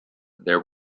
there